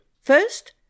First